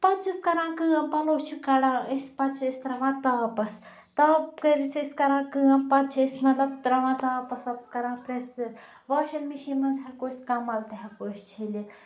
پَتہٕ چھِس کَران کٲم پَلَو چھِ کَڑان أسۍ پَتہٕ چھِ أسۍ تراوان تاپَس تاپ کٔرِتھ چھِ أسۍ کران کٲم پَتہٕ چھِ أسۍ مَطلَب تراوان تاپَس واپَس کَران پریٚس ویٚس واشَنٛگ مِشیٖن مَنٛز ہیٚکو أسۍ کَمَل تہِ ہیٚکو أسۍ چھٔلِتھ